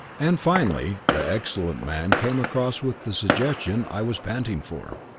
and finally the excellent man came across with the suggestion i was panting for.